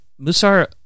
Musar